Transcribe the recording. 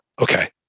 Okay